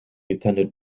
attended